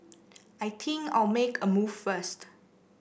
I think I'll make a move first